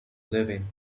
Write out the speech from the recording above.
living